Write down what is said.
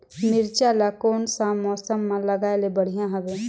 मिरचा ला कोन सा मौसम मां लगाय ले बढ़िया हवे